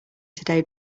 today